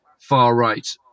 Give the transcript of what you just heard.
far-right